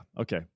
okay